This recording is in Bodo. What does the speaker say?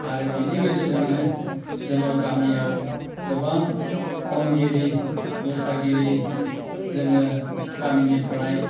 आरो बेनि गेजेरजोंनो जोङो गामियाव गोबां खनगिरि मोसागिरि जोङो गामिनिफ्राय